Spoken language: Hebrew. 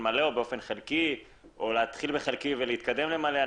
מלא או באופן חלקי או להתחיל בחלקי ולהתקדם למלא,